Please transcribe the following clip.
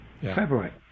February